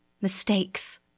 Mistakes